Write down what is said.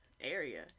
area